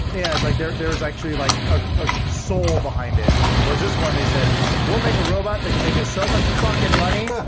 yeah it's like there's there's actually like a soul behind it where's this one? they said we'll make a robot that can make us so much fucking money